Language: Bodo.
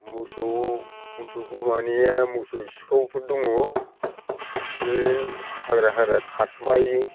मोसौ मोसौ गोमानाया मोसौ सिखावफोर दङ बे हाग्रा हाग्रा खारखोमायो